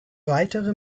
weitere